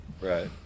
right